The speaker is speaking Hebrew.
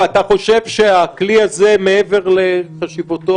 ואתה חושב שהכלי הזה מעבר לחשיבותו,